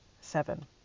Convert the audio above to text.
Seven